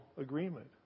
agreement